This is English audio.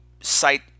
site